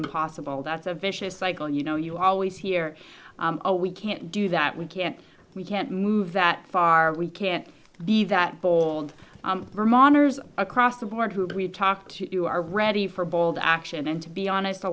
impossible that's a vicious cycle and you know you always hear a we can't do that we can't we can't move that far we can't be that bold vermonters across the board who we talked to you are ready for bold action and to be honest a